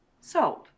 Sold